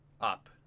up